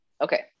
Okay